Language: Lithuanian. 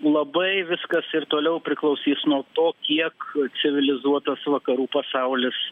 labai viskas ir toliau priklausys nuo to kiek civilizuotas vakarų pasaulis